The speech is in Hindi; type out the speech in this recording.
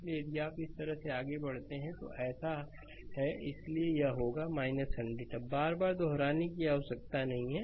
इसलिए यदि आप इस तरह से आगे बढ़ते हैं तो यह ऐसा है इसलिए यह होगा 100 अब बार बार दोहराने की आवश्यकता नहीं है